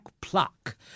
pluck